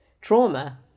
trauma